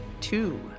Two